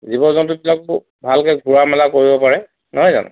জীৱ জন্তুবিলাকো ভালকৈ ঘূৰা মেলা কৰিব পাৰে নহয় জানো